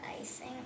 icing